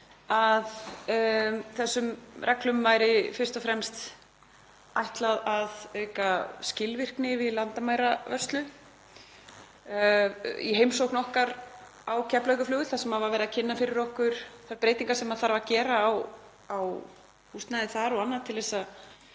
að þessum reglum væri fyrst og fremst ætlað að auka skilvirkni í landamæravörslu. Í heimsókn okkar á Keflavíkurflugvöll þar sem var verið að kynna fyrir okkur þær breytingar sem þarf að gera á húsnæði þar og annað til að